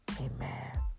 Amen